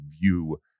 view